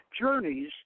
journeys